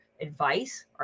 advice